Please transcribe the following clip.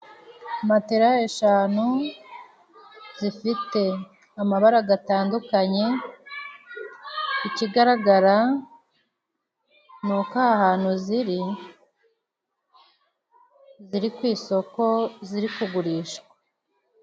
Matera eshanu zifite amabara gatandukanye. Ikigaragara ni uko ahantu ziri, ziri ku isoko ziri kugurishwa.